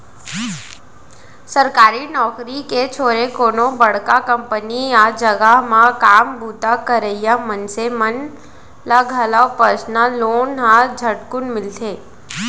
सरकारी नउकरी के छोरे कोनो बड़का कंपनी या जघा म काम बूता करइया मनसे मन ल घलौ परसनल लोन ह झटकुन मिलथे